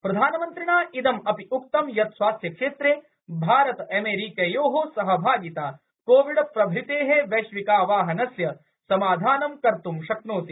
प्रधानमन्त्रिणा इदम् अपि उक्तं यत् स्वास्थ्यक्षेत्रे भारत अमेरिकयोः सहभागिता कोविडप्रभूतेः वैश्विकाह्वानस्य समाधानं कर्त् शक्नोति